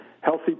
healthy